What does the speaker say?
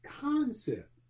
concept